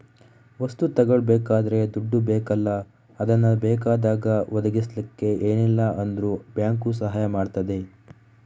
ವಸ್ತು ತಗೊಳ್ಬೇಕಾದ್ರೆ ದುಡ್ಡು ಬೇಕಲ್ಲ ಅದನ್ನ ಬೇಕಾದಾಗ ಒದಗಿಸಲಿಕ್ಕೆ ಏನಿಲ್ಲ ಅಂದ್ರೂ ಬ್ಯಾಂಕು ಸಹಾಯ ಮಾಡ್ತದೆ